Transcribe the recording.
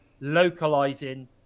localizing